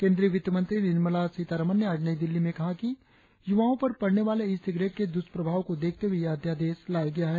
केंद्रीय वित्त मंत्री निर्मला सीतारामन ने आज नई दिल्ली में कहा कि युवा पर पड़ने वाले ई सिगरेट के दुष्प्रभाव को देखते हुए यह अध्यादेश लाया गया है